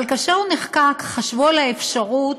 אבל כאשר הוא נחקק חשבו על האפשרות